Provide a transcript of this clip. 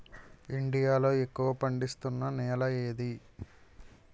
India లో ఎక్కువ పండిస్తున్నా నేల ఏది?